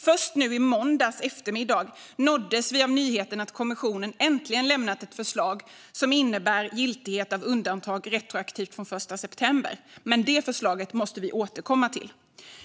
Först nu i måndags eftermiddag nåddes vi av nyheten att kommissionen äntligen lämnat ett förslag som innebär giltighet av undantag retroaktivt från den 1 september. Men detta förslag måste vi återkomma till.